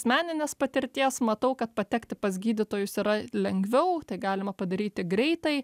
asmeninės patirties matau kad patekti pas gydytojus yra lengviau tai galima padaryti greitai